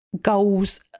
goals